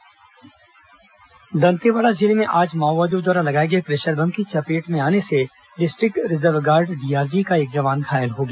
जवान घायल आईईडी बरामद दंतेवाड़ा जिले में आज माओवादियों द्वारा लगाए गए प्रेशर बम की चपेट में आने से डिस्ट्रिक्ट रिजर्व गार्ड डीआरजी का एक जवान घायल हो गया